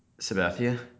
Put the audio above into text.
Sabathia